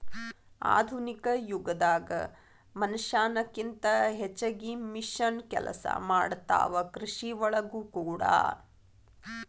ಆಧುನಿಕ ಯುಗದಾಗ ಮನಷ್ಯಾನ ಕಿಂತ ಹೆಚಗಿ ಮಿಷನ್ ಕೆಲಸಾ ಮಾಡತಾವ ಕೃಷಿ ಒಳಗೂ ಕೂಡಾ